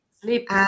Sleep